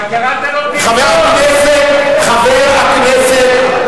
חבר הכנסת ארדן,